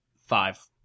five